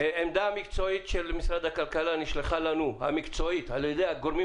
עמדה מקצועית של משרד הכלכלה נשלחה לנו על-ידי הגורמים